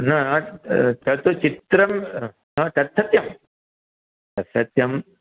न तत् चित्रं तत् सत्यं तत् सत्यम्